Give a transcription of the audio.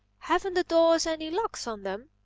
haven't the doors any locks on them?